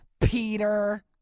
Peter